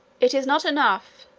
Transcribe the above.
it is not enough,